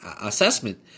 assessment